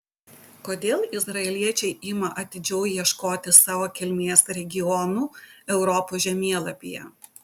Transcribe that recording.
kodėl izraeliečiai ima atidžiau ieškoti savo kilmės regionų europos žemėlapyje